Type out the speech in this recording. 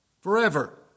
forever